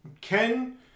Ken